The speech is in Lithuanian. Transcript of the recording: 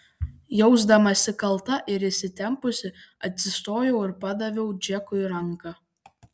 jausdamasi kalta ir įsitempusi atsistojau ir padaviau džekui ranką